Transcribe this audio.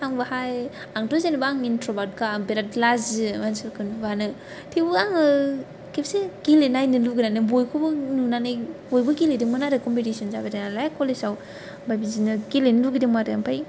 आं बाहाय आंथ' जेन'बा इन्ट्रभार्टखा आं बिराद लाजियो मानसिफोरखौ नुबानो थेवबो आङो खेबसे गेलेना नायनो लुगैनानै बयखौबो नुनानै बयबो गेलेदोंमोन आरो कम्पिटिसन जाबाय थादोंमोन नालाय कलेजाव बिदिनो गेलेनो लुगैदोंमोन आरो